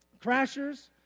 crashers